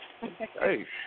Hey